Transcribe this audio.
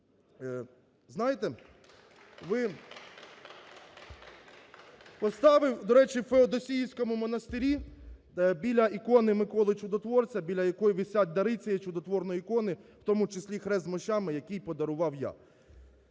Знаєте, ви… Оставив, до речі, в Феодосійському монастирі біля ікони Миколи Чудотворця, біля якої висять дари цієї чудотворної ікони, в тому числі хрест з мощами, який подарував я.